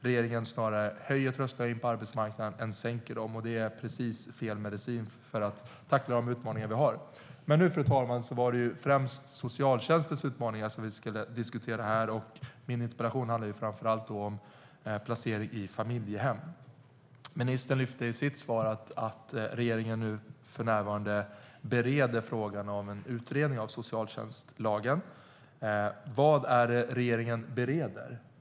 Regeringen snarare höjer trösklarna in på arbetsmarknaden än sänker dem, och det är precis fel medicin för att tackla de utmaningar vi har. Men nu, fru talman, var det främst socialtjänstens utmaningar som vi skulle diskutera här, och min interpellation handlar framför allt om placering i familjehem. Ministern lyfte i sitt svar fram att regeringen för närvarande bereder frågan om en utredning av socialtjänstlagen. Vad är det regeringen bereder?